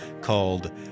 called